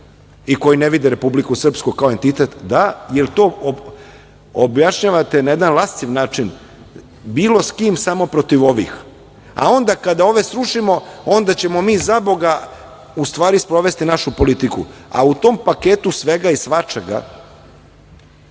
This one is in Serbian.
i koji ne vide Republiku Srpsku kao entitet, da, jer to objašnjavate na jedan lascivan način, bilo s kim samo protiv ovih, a onda kada ove srušimo, onda ćemo mi, zaboga, u stvari sprovesti našu politiku, a u tom paketu svega i svačega